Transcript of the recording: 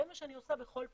זה מה שאני עושה בכל פעולה.